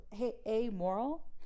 amoral